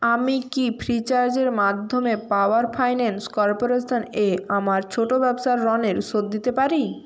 আমি কি ফ্রিচার্জের মাধ্যমে পাওয়ার ফাইন্যান্স কর্পোরেশন এ আমার ছোট ব্যবসার লোনের শোধ দিতে পারি